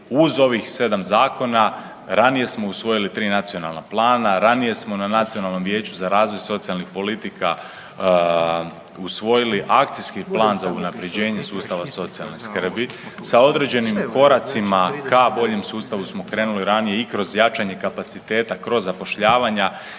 Uz ovih 7 zakona ranije smo usvojili tri nacionalna plana, ranije smo na Nacionalnom vijeću za razvoj socijalnih politika usvojili akcijski plan za unapređenje sustava socijalne skrbi sa određenim koracima ka boljem sustavu smo krenuli ranije i kroz jačanje kapaciteta kroz zapošljavanja